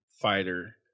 fighter